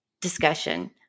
discussion